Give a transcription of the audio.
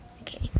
Okay